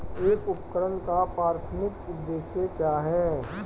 एक उपकरण का प्राथमिक उद्देश्य क्या है?